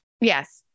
Yes